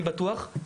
אני בטוח,